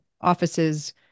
offices